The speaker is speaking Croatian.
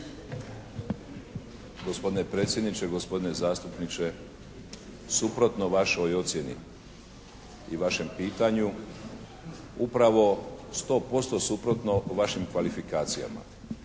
Gospodine predsjedniče, gospodine zastupniče. Suprotno vašoj ocjeni i vašem pitanju upravo 100% suprotno vašim kvalifikacijama.